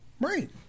Right